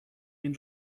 این